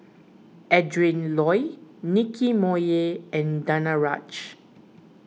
Adrin Loi Nicky Moey and Danaraj